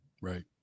Right